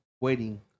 waiting